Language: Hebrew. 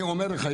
אני אומר לך,